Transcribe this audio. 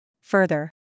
Further